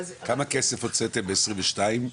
כמה כסף הוצאתם ב-22?